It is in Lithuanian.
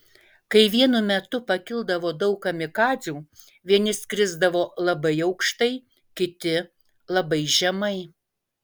kai vienu metu pakildavo daug kamikadzių vieni skrisdavo labai aukštai kiti labai žemai